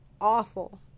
awful